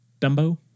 Dumbo